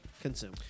consume